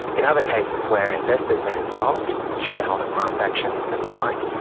in other cases where investors are involved, shareholder class actions and the like,